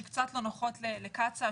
שקצת לא נוחות לקצא"א,